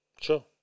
Sure